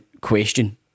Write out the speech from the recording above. question